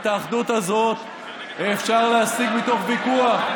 את האחדות הזאת אפשר להשיג מתוך ויכוח,